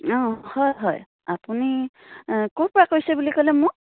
অঁ হয় হয় আপুনি ক'ৰপৰা কৈছে বুলি ক'লে মোক